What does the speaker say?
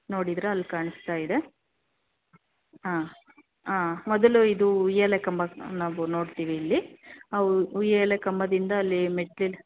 ನೋಡಿದಿರಾ ಅಲ್ಲಿ ಕಾಣಿಸ್ತಾ ಇದೆ ಹಾಂ ಹಾಂ ಮೊದಲು ಇದು ಉಯ್ಯಾಲೆ ಕಂಬ ನಾವು ನೋಡ್ತೀವಿ ಇಲ್ಲಿ ಉಯ್ಯಾಲೆ ಕಂಬದಿಂದ ಅಲ್ಲಿ ಮೆಟ್ಟಿಲು